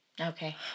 Okay